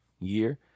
year